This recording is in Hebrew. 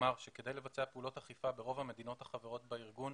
נאמר שכדי לבצע פעולות אכיפה ברוב המדינות החברות בארגון,